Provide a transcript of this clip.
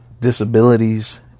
disabilities